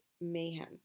mayhem